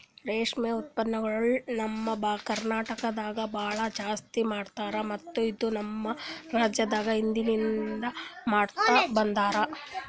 ರೇಷ್ಮೆ ಉತ್ಪನ್ನಗೊಳ್ ನಮ್ ಕರ್ನಟಕದಾಗ್ ಭಾಳ ಜಾಸ್ತಿ ಮಾಡ್ತಾರ ಮತ್ತ ಇದು ನಮ್ ರಾಜ್ಯದಾಗ್ ಹಿಂದಿನಿಂದ ಮಾಡ್ತಾ ಬಂದಾರ್